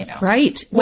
Right